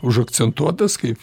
užakcentuotas kaip